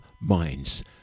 minds